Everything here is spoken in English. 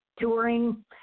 touring